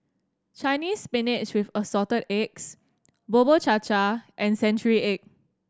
Chinese Spinach with Assorted Eggs Bubur Cha Cha and century egg